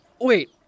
Wait